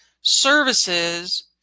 services